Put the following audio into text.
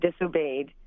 disobeyed